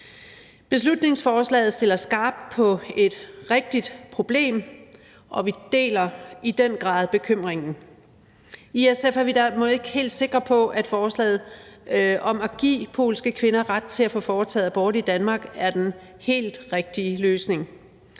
Beslutningsforslaget stiller skarpt på et rigtigt problem, og vi deler i den grad bekymringen. I SF er vi derimod ikke helt sikre på, at forslaget om at give polske kvinder ret til at få foretaget abort i Danmark er den helt rigtige løsning.